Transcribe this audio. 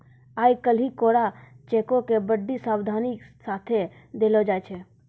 आइ काल्हि कोरा चेको के बड्डी सावधानी के साथे देलो जाय छै